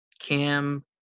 Cam